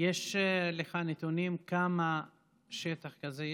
יש לך נתונים כמה שטח כזה יש?